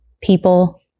people